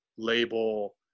Label